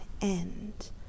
end